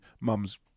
mum's